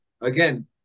again